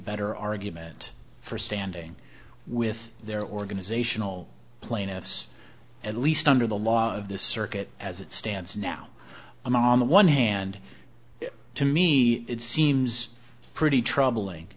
better argument for standing with their organizational plaintiffs at least under the law of this circuit as it stands now i'm on the one hand to me it seems pretty troubling